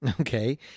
Okay